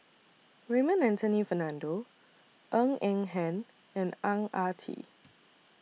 Raymond Anthony Fernando Ng Eng Hen and Ang Ah Tee